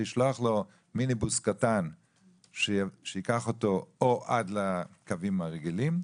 לשלוח לו מיניבוס קטן שייקח אותו או עד לקווים הרגילים,